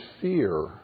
fear